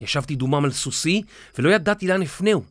ישבתי דומם על סוסי, ולא ידעתי לאן אפנהו.